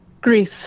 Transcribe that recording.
Greece